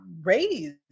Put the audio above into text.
raised